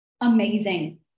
Amazing